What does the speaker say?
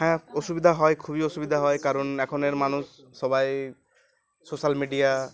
হ্যাঁ অসুবিধা হয় খুবই অসুবিধা হয় কারণ এখনের মানুষ সবাই সোশ্যাল মিডিয়া